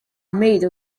made